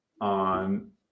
on